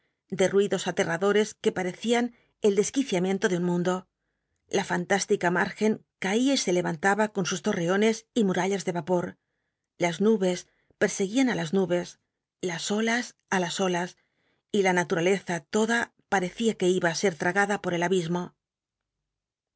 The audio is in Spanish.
de ruidos atcrradores que par ccian el desquiciamiento de un mundo la fanttistioa m lrgcn caía y se levantaba con sus torreones y murallas de vapor las nubes perseguían a las nubes las olas á las olas y in naturaleza toda parecía que iba í ser tragada por el abismo